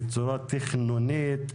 בצורה תכנונית.